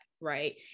right